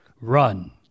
run